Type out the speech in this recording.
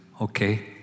okay